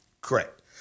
Correct